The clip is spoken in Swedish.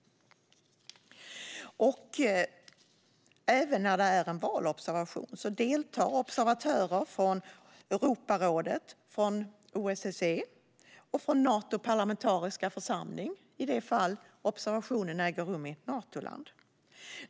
I en valobservation deltar observatörer från Europarådet och OSSE och från Natos parlamentariska församling i det fall observationen äger rum i ett Natoland.